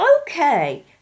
okay